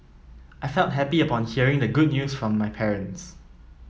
I felt happy upon hearing the good news from my parents